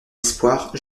espoir